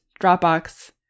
Dropbox